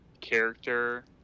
character